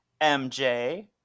MJ